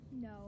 No